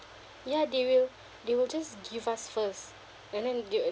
ya they will they will just give us first and then they'll